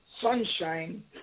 sunshine